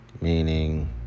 Meaning